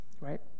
Right